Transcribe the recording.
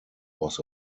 was